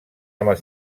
amb